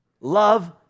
love